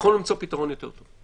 יכולנו למצוא פתרון יותר טוב.